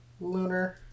Lunar